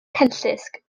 cenllysg